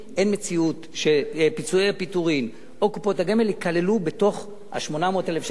אין מציאות שפיצויי הפיטורין או קופות הגמל ייכללו בתוך 800,000 השקל,